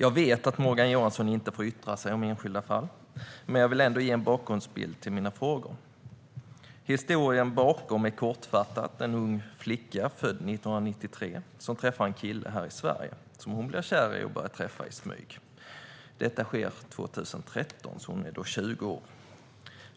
Jag vet att Morgan Johansson inte får yttra sig om enskilda fall, men jag vill ändå ge en bakgrundsbild till mina frågor. Historien bakom är kortfattat: En ung flicka född 1993 träffar en kille här i Sverige som hon blir kär i och börjar träffa i smyg. Detta sker 2013, så hon är då 20 år.